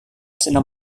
sedang